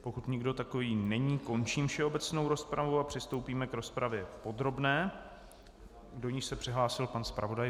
Pokud nikdo takový není, končím všeobecnou rozpravu a přistoupíme k rozpravě podrobné, do níž se přihlásil pan zpravodaj.